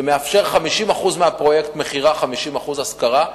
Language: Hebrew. שמאפשר 50% מהפרויקט למכירה ו-50% השכרה,